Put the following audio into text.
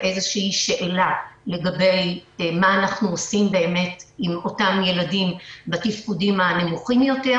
מה אנחנו עושים עם אותם ילדים בתפקודים הנמוכים ביותר.